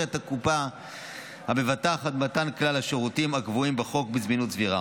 את הקופה המבטחת ממתן כלל השירותים הקבועים בחוק בזמינות סבירה,